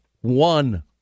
one